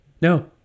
No